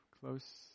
close